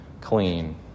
clean